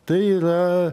tai yra